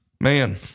Man